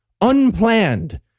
Unplanned